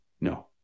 No